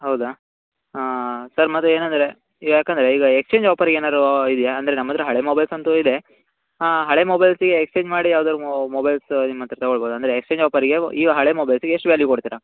ಹೌದಾ ಸರ್ ಮತ್ತೆ ಏನಂದರೆ ಯಾಕಂದರೆ ಈಗ ಎಕ್ಸ್ಚೇಂಜ್ ಆಫರಿಗೆ ಏನಾರು ಇದೆಯಾ ಅಂದರೆ ನಮ್ಮತ್ತಿರ ಹಳೆ ಮೊಬೈಲ್ಸ್ ಅಂತೂ ಇದೆ ಹಳೆ ಮೊಬೈಲ್ಸಿಗೆ ಎಕ್ಸ್ಚೇಂಜ್ ಮಾಡಿ ಯಾವುದಾರೂ ಮೊಬೈಲ್ಸ್ ನಿಮ್ಮತ್ತಿರ ತಗೊಳ್ಬೌದು ಅಂದರೆ ಎಕ್ಸ್ಚೇಂಜ್ ಆಫರಿಗೆ ಈಗ ಹಳೆ ಮೊಬೈಲ್ಸಿಗೆ ಎಷ್ಟು ವ್ಯಾಲ್ಯೂ ಕೊಡ್ತೀರಾ